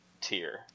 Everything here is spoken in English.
tier